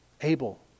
Abel